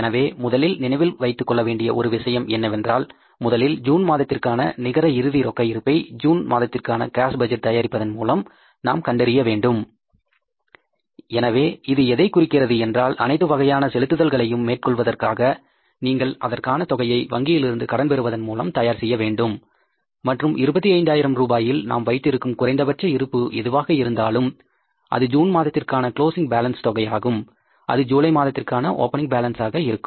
எனவே முதலில் நினைவில் வைத்துக்கொள்ள வேண்டிய ஒரு விஷயம் என்னவென்றால் முதலில் ஜூன் மாதத்திற்கான நிகர இறுதி ரொக்க இருப்பை ஜூன் மாதத்திற்கான கேஸ் பட்ஜெட் தயாரிப்பதன் மூலம் நாம் கண்டறிய வேண்டும் எனவே இது எதைக் குறிக்கிறது என்றால் அனைத்து வகையான செலுத்துதல்களையும் மேற்கொள்வதற்காக நீங்கள் அதற்கான தொகையை வங்கியிலிருந்து கடன் பெறுவதன் மூலம் தயார் செய்ய வேண்டும் மற்றும் 25000 ரூபாயில் நாம் வைத்திருக்கும் குறைந்தபட்ச இருப்பு எதுவாக இருந்தாலும் அது ஜூன் மாதத்திற்கான க்ளோஸிங் பேலன்ஸ் தொகையாகும் அது ஜூலை மாதத்திற்கான ஓப்பனிங் பேலன்ஸ் ஆக இருக்கும்